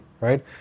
right